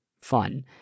fun